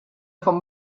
von